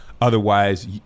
otherwise